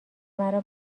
مرا